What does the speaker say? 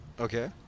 Okay